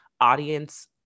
audience